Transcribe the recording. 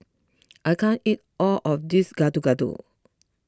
I can't eat all of this Gado Gado